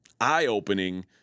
eye-opening